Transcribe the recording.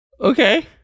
okay